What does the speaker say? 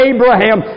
Abraham